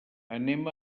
anem